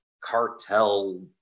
cartel